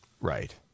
Right